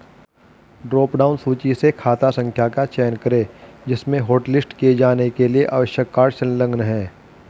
drop down सूची से खाता संख्या का चयन करें जिसमें हॉटलिस्ट किए जाने के लिए आवश्यक कार्ड संलग्न है